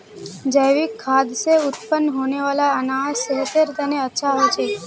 जैविक खाद से उत्पन्न होने वाला अनाज सेहतेर तने अच्छा होछे